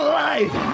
life